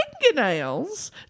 fingernails